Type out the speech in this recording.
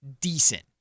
decent